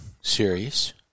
series